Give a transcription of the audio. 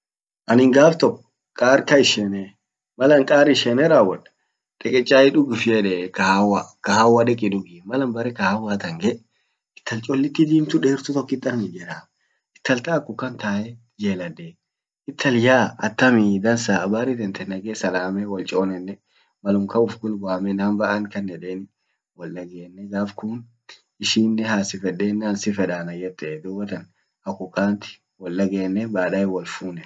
anin gaf tok kar ka ishenee. Malan kar ishene rawwod deke chai dug uffin yeddee, kahawa, kahawa dug uffin yedde, malan bare kahawa tan ge